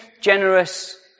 generous